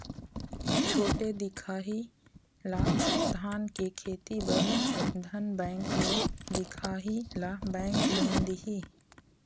छोटे दिखाही ला धान के खेती बर धन बैंक ले दिखाही ला बैंक लोन दिही?